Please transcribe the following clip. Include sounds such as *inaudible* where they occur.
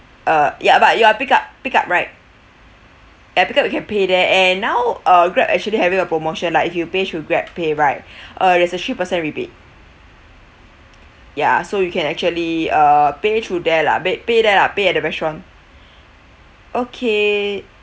uh ya but you are pick up pick up right ya pick up you can pay there eh now uh Grab actually having a promotion lah if you pay through GrabPay right *breath* uh there's a three percent rebate ya so you can actually uh pay through there lah pay pay there lah pay at the restaurant okay